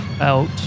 out